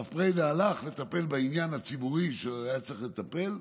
הרב פרידא הלך לטפל בעניין הציבורי שהוא היה צריך לטפל בו,